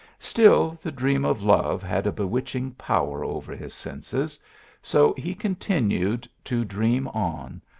still the dream of love had a bewitching power over his senses so he continued to dream on,